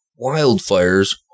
wildfires